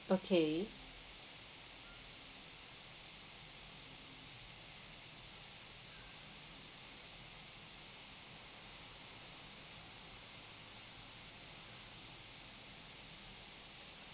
okay